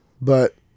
But-